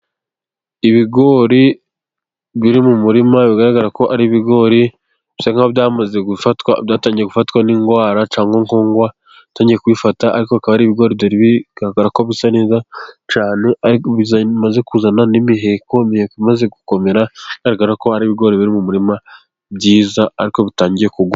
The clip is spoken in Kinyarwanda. Ibigori biri mu murima bigaragara ko ari ibigori bisa nkaho byamaze gufatwa, byatangiye gufatwa n'indwara cyangwa nkongwa yatangiye kuyifata, ariko akaba aribigori bigaragara ko bisa neza cyane, ariko bimaze kuzana n'imiheko, imiheko imaze gukomera igaragara ko ari ibigori biri mu murima byiza, ariko bitangiye kugwa.